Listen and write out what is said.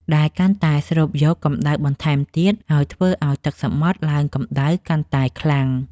ដែលកាន់តែស្រូបយកកម្ដៅបន្ថែមទៀត ហើយធ្វើឱ្យទឹកសមុទ្រឡើងកម្ដៅកាន់តែខ្លាំង។